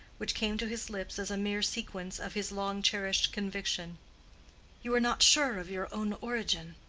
which came to his lips as a mere sequence of his long-cherished conviction you are not sure of your own origin.